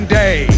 day